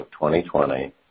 2020